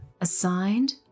assigned